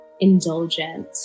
indulgent